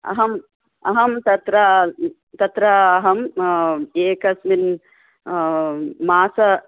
अहम् अहम् तत्र तत्र अहम् एकस्मिन् मासे